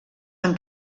han